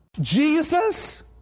Jesus